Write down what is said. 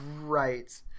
Right